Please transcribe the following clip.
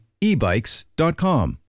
ebikes.com